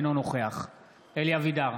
אינו נוכח אלי אבידר,